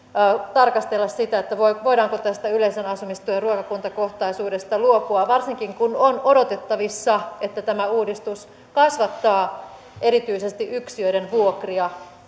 tarkastella sitä voidaanko tästä yleisen asumistuen ruokakuntakohtaisuudesta luopua varsinkin kun on odotettavissa että tämä uudistus kasvattaa erityisesti yksiöiden vuokria